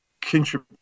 kinship